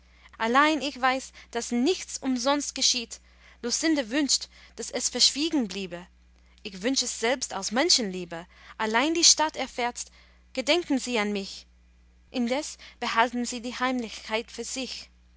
allein ich weiß daß nichts umsonst geschieht lucinde wünscht daß es verschwiegen bliebe ich wünsch es selbst aus menschenliebe allein die stadt erfährts gedenken sie an mich indes behalten sie die heimlichkeit für sich